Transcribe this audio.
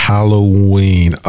Halloween